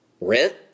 rent